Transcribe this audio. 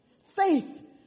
faith